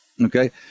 Okay